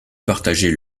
partageait